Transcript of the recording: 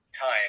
time